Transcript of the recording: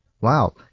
Wow